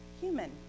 human